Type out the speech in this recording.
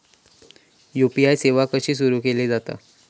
UPI सेवा कशी सुरू केली जाता?